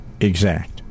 exact